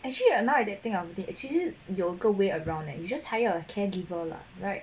actually now that I think of it 其实有一个 way around and you just hire a caregiver lah right